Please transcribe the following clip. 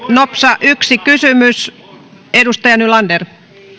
nopsa kysymys vielä edustaja nylander